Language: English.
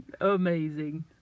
Amazing